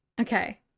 okay